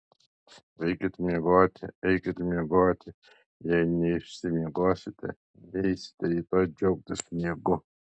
eikit miegoti eikit miegoti jei neišsimiegosite neisite rytoj džiaugtis sniegu